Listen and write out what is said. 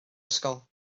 ysgol